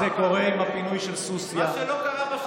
זה קרה עם הפינוי של ח'אן אל-אחמר.